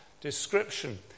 description